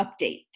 update